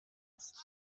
است